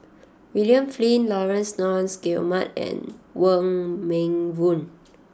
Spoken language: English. William Flint Laurence Nunns Guillemard and Wong Meng Voon